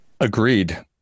Agreed